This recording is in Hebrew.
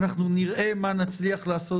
נראה מה נצליח לעשות,